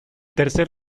tercer